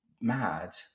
mad